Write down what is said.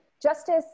Justice